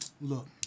look